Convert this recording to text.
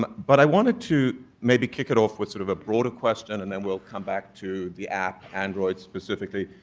um but i wanted to maybe kick it off with sort of a broader question and then we'll come back to the app, android specifically.